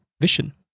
vision